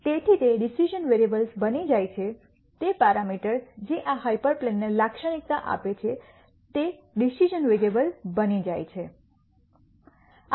તેથી તે decision variables બની જાય છે તે પેરામીટર્સ જે આ હાયપર પ્લેનને લાક્ષણિકતા આપે છે તે ડિસિશ઼ન વેરીએબલ્સ બની જાય છે